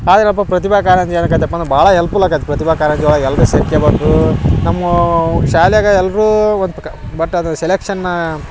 ಆದ್ರಪ್ಪ ಪ್ರತಿಭಾ ಕಾರಂಜಿ ಏನಕ್ಕೆ ಅಂತಪ್ಪ ಅಂದ್ರ ಭಾಳ ಎಲ್ಫ್ಫುಲ್ ಆಗತ್ತೆ ಪ್ರತಿಭಾ ಕಾರಂಜಿಯೊಳಗ ಎಲ್ಲರು ಸೆರ್ಕ್ಯಬೇಕು ನಮ್ಮೂ ಶಾಲ್ಯಾಗ ಎಲ್ರೂ ಒನ್ತಕ ಬಟ್ ಅದು ಸೆಲೆಕ್ಷನ್ನ